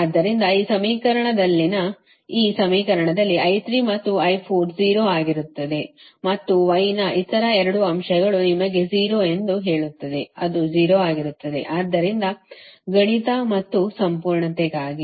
ಆದ್ದರಿಂದ ಈ ಸಮೀಕರಣದಲ್ಲಿನ ಈ ಸಮೀಕರಣದಲ್ಲಿ I3 ಮತ್ತು I4 0 ಆಗಿರುತ್ತದೆ ಮತ್ತು Y ನ ಇತರ 2 ಅಂಶಗಳು ನಿಮಗೆ 0 ಎಂದು ಹೇಳುತ್ತದೆ ಅದು 0 ಆಗಿರುತ್ತದೆ ಆದ್ದರಿಂದ ಗಣಿತ ಮತ್ತು ಸಂಪೂರ್ಣತೆಗಾಗಿ